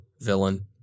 villain